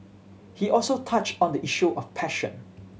he also touch on the issue of passion